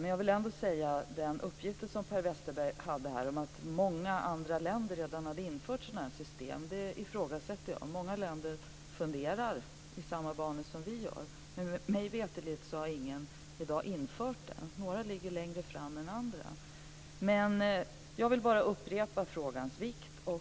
Men jag vill ändå säga något om den uppgift som Per Westerberg hade om att många andra länder redan infört sådana här system. Det ifrågasätter jag. Många länder funderar i samma banor som vi, men mig veterligt har ingen i dag infört det. Några ligger längre fram än andra. Jag vill alltså bara upprepa frågans vikt.